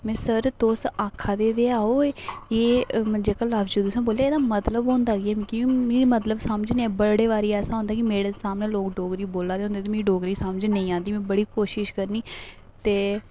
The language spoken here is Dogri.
में सर तुस आख दे ते ऐ ओ एह् जेहका लफ्ज तुसें बोलेआ एह्दा मतलब होंदा कि मिकी मतलब समझ निं आई बड़े बारी ऐसा होंदा कि मेरे सामने लोक डोगरी बोला दे होंदे ते मिगी डोगरी समझ नेईं औंदी मी बड़ी कोशिश करनी ते